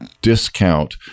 discount